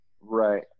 right